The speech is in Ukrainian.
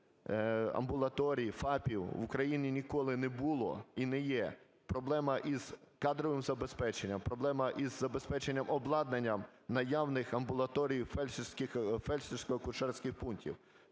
мережею амбулаторій, ФАПів в Україні ніколи не було і не є. Проблема із кадровим забезпеченням, проблема із забезпеченням обладнанням наявних амбулаторій і фельдшерсько-акушерських пунктів.